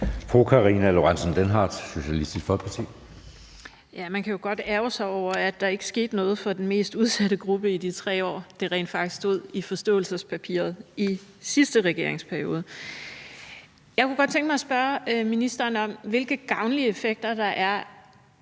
Karina Lorentzen Dehnhardt (SF): Man kan jo godt ærgre sig over, at der ikke skete noget for den mest udsatte gruppe i de 3 år, det rent faktisk stod i forståelsespapiret i sidste regeringsperiode. Jeg kunne godt tænke mig at spørge ministeren om, hvilke gavnlige effekter der er